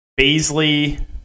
Baisley